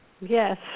Yes